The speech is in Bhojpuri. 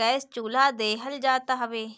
गैस चुल्हा देहल जात हवे